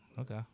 Okay